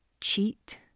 cheat